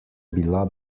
bila